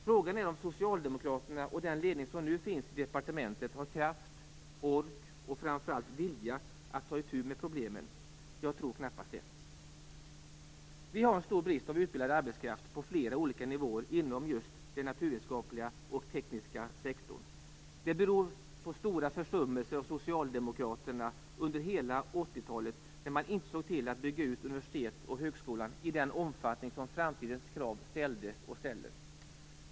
Frågan är om socialdemokraterna och den ledning som nu finns i departementet har kraft, ork och framför allt vilja att ta itu med problemen. Jag tror knappast det. Vi har en stor brist på utbildad arbetskraft på flera olika nivåer inom just den naturvetenskapliga och den tekniska sektorn. Det beror på stora försummelser av socialdemokraterna under hela 80-talet, när man inte såg till att bygga ut universitet och högskola i den omfattning som framtidens krav ställde och ställer.